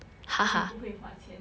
then 你不会花钱